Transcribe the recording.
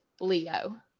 leo